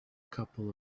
couple